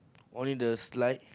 only the slide